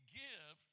give